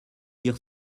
dire